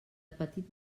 petit